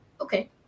okay